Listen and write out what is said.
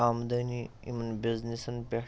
آمدٔنی یِمن بِزنٮ۪سَن پٮ۪ٹھ